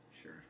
sure